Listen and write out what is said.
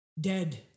dead